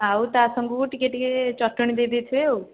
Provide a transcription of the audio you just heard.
ଆଉ ତା ସାଙ୍ଗକୁ ଟିକେ ଟିକେ ଚଟଣୀ ଦେଇ ଦେଇଥିବେ ଆଉ